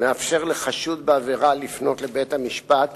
מאפשר לחשוד בעבירה לפנות אל בית-המשפט